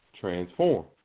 transform